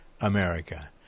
America